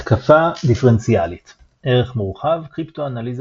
התקפה דיפרנציאלית ערך מורחב – קריפטואנליזה